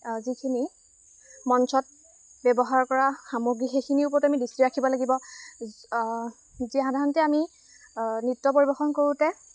যিখিনি মঞ্চত ব্যৱহাৰ কৰা সামগ্ৰী সেইখিনিৰ ওপৰত আমি দৃষ্টি ৰাখিব লাগিব যি যি সাধাৰণতে আমি নৃত্য পৰিৱেশন কৰোঁতে